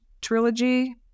Trilogy